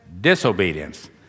disobedience